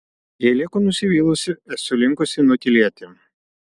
jei lieku nusivylusi esu linkusi nutylėti